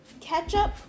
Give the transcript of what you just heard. ketchup